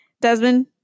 Desmond